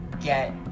get